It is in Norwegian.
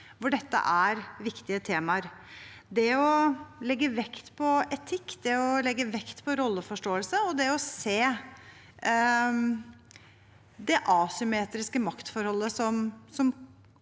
hvor dette er viktige temaer – det å legge vekt på etikk, det å legge vekt på rolleforståelse og det å se det asymmetriske maktforholdet som